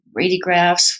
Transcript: radiographs